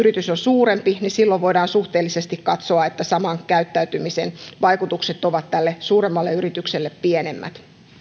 jos yritys on suurempi voidaan suhteellisesti katsoa että saman käyttäytymisen vaikutukset ovat suuremmalle yritykselle pienemmät